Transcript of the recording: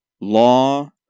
law